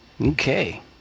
Okay